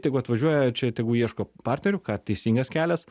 tegu atvažiuoja čia tegu ieško partnerių kad teisingas kelias